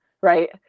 right